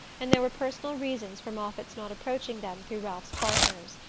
and there were personal reasons for moffatt's not approaching them through ralph's partners,